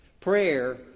Prayer